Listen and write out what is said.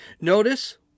Notice